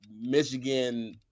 michigan